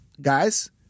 guys